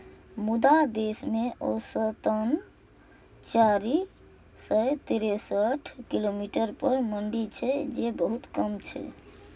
मुदा देश मे औसतन चारि सय तिरेसठ किलोमीटर पर मंडी छै, जे बहुत कम छै